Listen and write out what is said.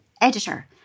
editor